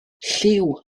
lliw